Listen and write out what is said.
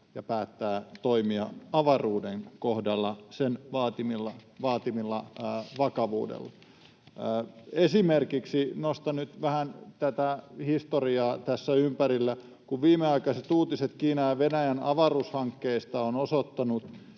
ja päättää toimia avaruuden kohdalla sen vaatimalla vakavuudella. Esimerkiksi nostan nyt vähän tätä historiaa tässä ympärillä. Kun viimeaikaiset uutiset Kiinan ja Venäjän avaruushankkeista ovat osoittaneet,